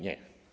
Nie.